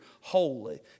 holy